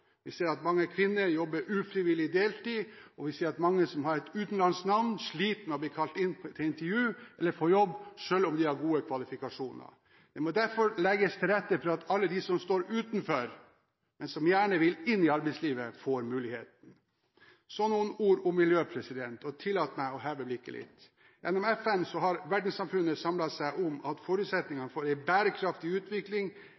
Vi ser at mange kvinner jobber ufrivillig deltid, og vi ser at mange som har et utenlandsk navn, sliter med å bli kalt inn til intervju eller få jobb, selv om de har gode kvalifikasjoner. Det må derfor legges til rette for at alle dem som står utenfor, men som gjerne vil inn i arbeidslivet, får muligheten. Så noen ord om miljø, og jeg tillater meg å heve blikket litt. Gjennom FN har verdenssamfunnet samlet seg om at